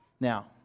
Now